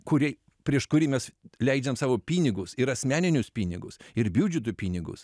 kurį prieš kurį mes leidžiam savo pinigus ir asmeninius pinigus ir biudžeto pinigus